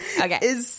Okay